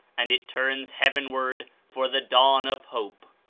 and it turns heavenward for the dawn of hope.